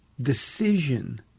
decision